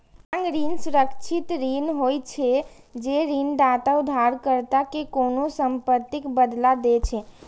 मांग ऋण सुरक्षित ऋण होइ छै, जे ऋणदाता उधारकर्ता कें कोनों संपत्तिक बदला दै छै